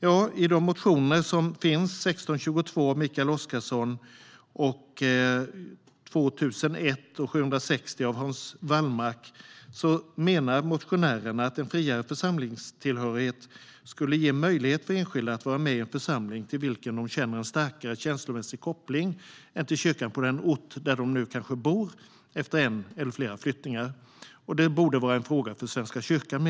Ja, motionärerna i de motioner som har väckts, 1622 av Mikael Oscarsson och motionerna 2001 och 760 av Hans Wallmark, menar att en friare församlingstillhörighet skulle ge möjlighet för enskilda att vara med i en församling till vilken de känner en starkare känslomässig koppling än till kyrkan på den ort där de bor efter en eller flera flyttningar. Det borde vara en fråga för Svenska kyrkan.